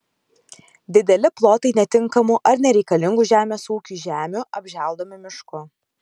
dideli plotai netinkamų ar nereikalingų žemės ūkiui žemių apželdomi mišku